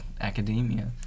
academia